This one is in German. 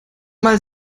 mal